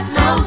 no